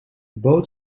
boot